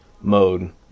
mode